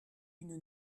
une